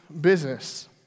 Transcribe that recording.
business